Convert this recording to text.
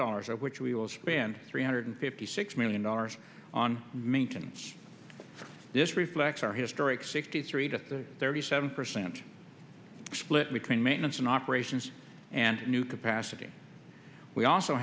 dollars of which we will spend three hundred fifty six million dollars on maintenance this reflects our historic sixty three to thirty seven percent split between maintenance and operations and new capacity we also